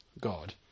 God